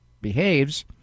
behaves